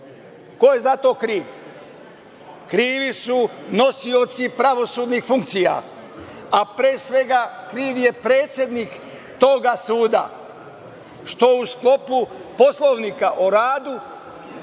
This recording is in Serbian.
Ko je za to kriv? Krivi su nosioci pravosudnih funkcija, a pre svega kriv je predsednik tog suda, što u sklopu Poslovnika o radu